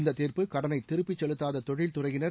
இந்த தீர்ப்பு கடனை திருப்பிச் செலுத்தாத தொழில் துறையினர்